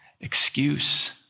excuse